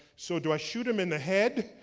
so, do i shoot him in the head?